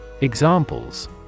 Examples